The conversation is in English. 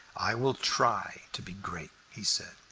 i will try to be great, he said,